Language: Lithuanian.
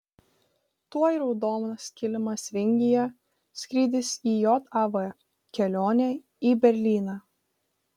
tuoj raudonas kilimas vingyje skrydis į jav kelionė į berlyną